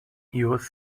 yours